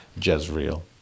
Jezreel